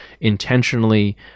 intentionally